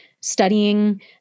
studying